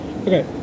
Okay